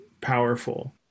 powerful